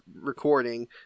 recording